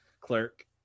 clerk